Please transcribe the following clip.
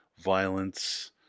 violence